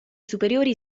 superiori